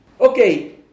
Okay